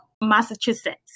Massachusetts